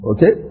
Okay